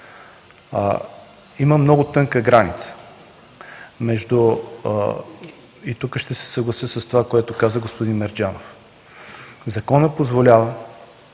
Има много тънка граница, и тук ще се съглася с казаното от господин Мерджанов. Законът позволява